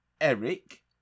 Eric